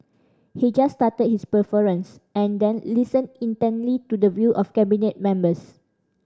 he just started his preference and then listened intently to the view of Cabinet members